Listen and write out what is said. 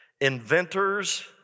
inventors